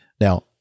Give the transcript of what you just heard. Now